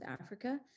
Africa